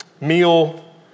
meal